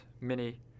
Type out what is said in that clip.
mini